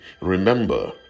remember